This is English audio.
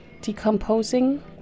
decomposing